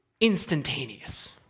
instantaneous